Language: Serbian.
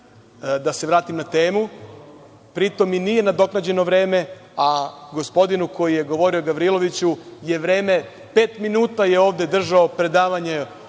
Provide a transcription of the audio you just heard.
da se vratim na temu. Pri tom, nije mi nadoknađeno vreme, a gospodinu koji je govorio Gavrilović je pet minuta ovde držao predavanje